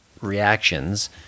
reactions